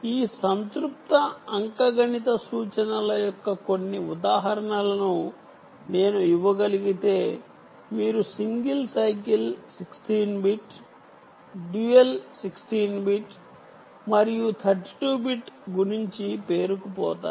ఈ సంతృప్త అంకగణిత సూచనల యొక్క కొన్ని ఉదాహరణలను నేను ఇవ్వగలిగితే మీరు single cycle 16 bit dual 16 bit మరియు 32 బిట్ గుణించి పేరుకుపోతారు